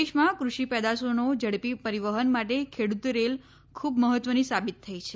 દેશમાં કૃષિ પેદાશોના ઝડપી પરિવહન માટે ખેડૂત રેલ ખૂબ મહત્વની સાબિત થઈ છે